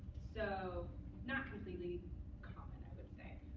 so not completely common, i would say.